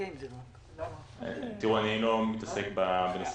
אני לא מתעסק בנושא